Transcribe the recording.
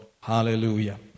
Hallelujah